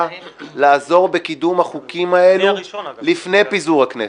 לעזור בקידום החוקים האלה לפני פיזור הכנסת.